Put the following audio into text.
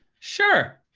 sure.